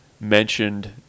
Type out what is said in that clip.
mentioned